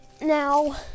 Now